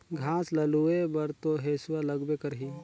घास ल लूए बर तो हेसुआ लगबे करही